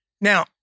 Now